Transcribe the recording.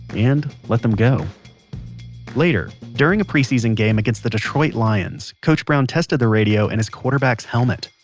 and let them go later, during a preseason game against the detroit lions, coach brown tested the radio in his quarterbacks helmet.